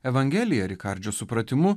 evangelija rikardžio supratimu